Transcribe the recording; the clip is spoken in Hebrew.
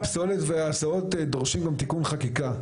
הפסולת וההסעות דורשים גם תיקון חקיקה.